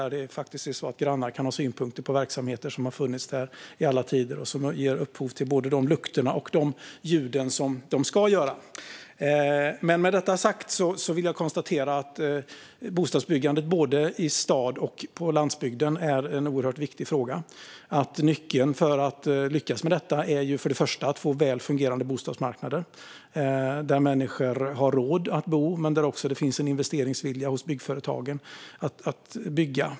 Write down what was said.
Grannar kan alltså ha synpunkter på verksamheter som har funnits där i alla tider och som ger upphov till både de lukter och ljud som de ska göra. Med detta sagt vill jag konstatera att bostadsbyggandet både i stad och på landsbygden är en oerhört viktig fråga. Nyckeln för att lyckas med detta är att få väl fungerande bostadsmarknader där människor har råd att bo och där det också finns en investeringsvilja hos byggföretagen att bygga.